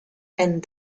and